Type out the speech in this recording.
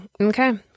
okay